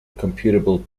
computable